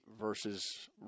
versus